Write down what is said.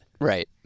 Right